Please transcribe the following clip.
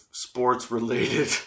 sports-related